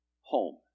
home